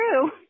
true